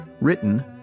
Written